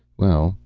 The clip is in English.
well,